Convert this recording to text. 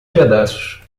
pedaços